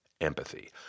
empathy